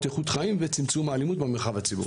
איכות חיים וצמצום האלימות במרחב הציבורי.